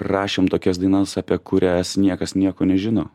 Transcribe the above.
rašėm tokias dainas apie kurias niekas nieko nežino